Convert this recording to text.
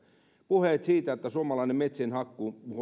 puheet siitä että suomalainen metsien hakkuu